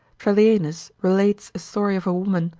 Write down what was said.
trallianus relates a story of a woman,